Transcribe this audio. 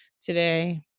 today